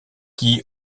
qui